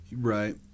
right